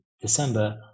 December